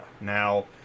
Now